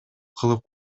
кылып